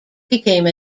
became